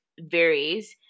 varies